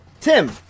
Tim